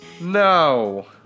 No